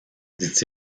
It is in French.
dit